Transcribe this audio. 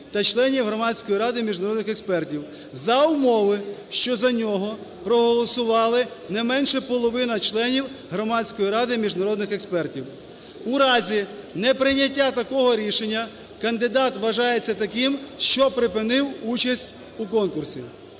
та членів Громадської ради міжнародних експертів, за умови, що за нього проголосували не менше половина членів Громадської ради міжнародних експертів. У разі неприйняття такого рішення кандидат вважається таким, що припинив участь у конкурсі.